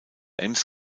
ems